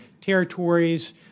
territories